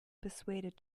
persuaded